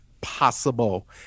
possible